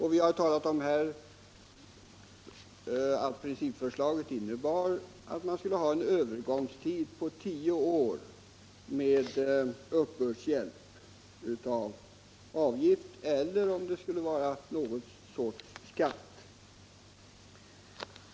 Här har nämnts att principförslaget innebar att man skulle ha en övergångstid på tio år med antingen uppbördshjälp avseende en avgift eller också någon sorts skatt.